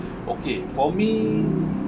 okay for me